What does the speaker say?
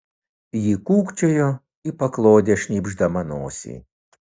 ji kūkčiojo į paklodę šnypšdama nosį